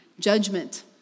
Judgment